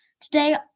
Today